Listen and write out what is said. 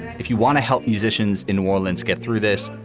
if you want to help musicians in new orleans get through this,